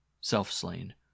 self-slain